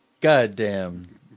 goddamn